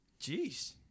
Jeez